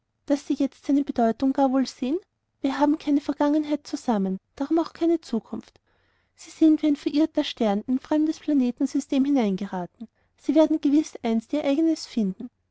daß sie jetzt seine bedeutung gar wohl sehen wir haben keine vergangenheit zusammen darum auch keine zukunft sie sind wie ein verirrter stern in ein fremdes planetensystem hineingeraten sie werden gewiß einst ihr eigenes finden